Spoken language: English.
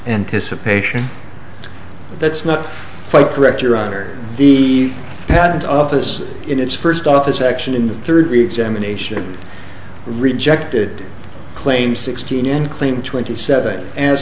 anticipation that's not quite correct your honor the patent office in its first office action in the third reexamination rejected claims sixteen and claimed twenty seven as